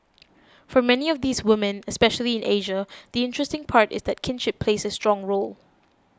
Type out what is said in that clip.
for many of these women especially in Asia the interesting part is that kinship plays a strong role